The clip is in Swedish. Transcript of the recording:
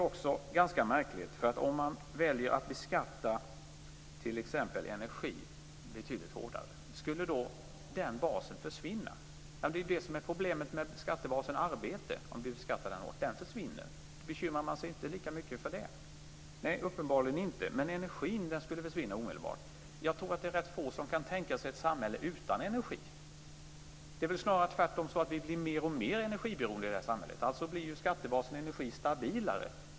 Det är ganska märkligt, för om man skulle välja att beskatta t.ex. energi betydligt hårdare, skulle den basen då försvinna? Det är ju detta som är problemet om arbete beskattas hårt och den skattebasen försvinner. Bekymrar man sig inte lika mycket för det? Nej, uppenbarligen inte. Men skattebasen energi skulle försvinna omedelbart. Jag tror att det är rätt få som kan tänka sig ett samhälle utan energi. Det är väl snarare tvärtom så att vi blir mer och mer energiberoende i vårt samhälle. Alltså blir ju skattebasen energi stabilare.